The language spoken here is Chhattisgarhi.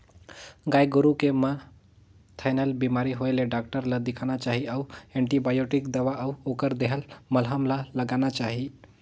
गाय गोरु के म थनैल बेमारी होय ले डॉक्टर ल देखाना चाही अउ एंटीबायोटिक दवा अउ ओखर देहल मलहम ल लगाना चाही